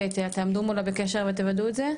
ואתם תעמדו מולה בקשר ותוודאו את זה,